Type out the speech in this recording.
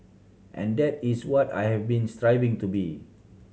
and that is what I have been striving to be